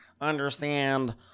understand